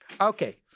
Okay